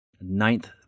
Ninth